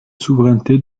souveraineté